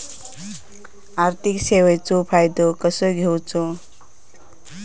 आर्थिक सेवाचो फायदो कसो घेवचो?